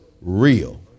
real